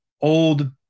old